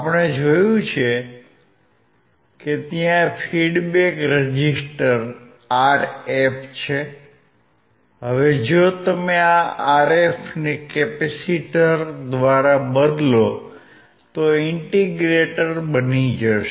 આપણે જોયું છે કે ત્યાં ફીડ્બેક રેઝીસ્ટર Rf છે હવે જો તમે આ Rf ને કેપેસિટર દ્વારા બદલો તો તે ઈન્ટિગ્રેટર બની જશે